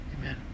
Amen